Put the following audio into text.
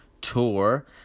tour